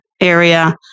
area